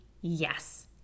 yes